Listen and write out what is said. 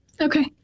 Okay